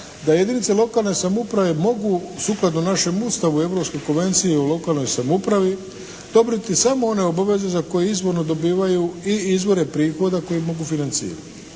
da jedinice lokalne samouprave mogu sukladno našem Ustavu i Europskoj konvenciji o lokalnoj samoupravi odobriti samo one obaveze za koje izvorno dobivaju i izvore prihoda koje mogu financirati.